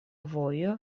vojo